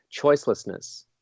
choicelessness